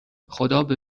خدابه